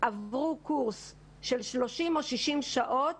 עברו קורס של 30 או 60 שעות